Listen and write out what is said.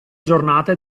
giornate